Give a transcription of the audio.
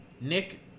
Nick